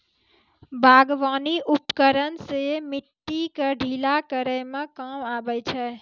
बागबानी उपकरन सें मिट्टी क ढीला करै म काम आबै छै